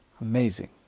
Amazing